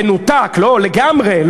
תנותק לגמרי,